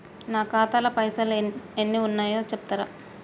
నా ఖాతా లా పైసల్ ఎన్ని ఉన్నాయో చెప్తరా?